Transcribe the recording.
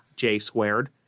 j-squared